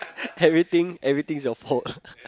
everything everything is your pot